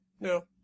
No